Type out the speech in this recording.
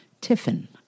Tiffin